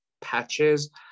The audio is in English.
patches